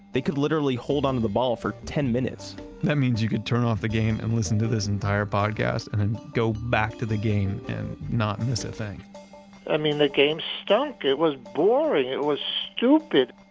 they could literally hold on to the ball for ten minutes that means you could turn off the game and listen to this entire podcast and then go back to the game and not miss a thing i mean the game stunk. it was boring it was stupid